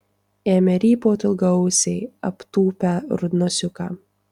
ėmė rypaut ilgaausiai aptūpę rudnosiuką